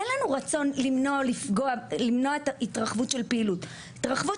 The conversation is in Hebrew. אין לנו רצון למנוע את ההתרחבות של פעילות .התרחבות